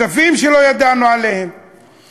כספים שלא ידענו עליהם, כספים שלא ידענו עליהם.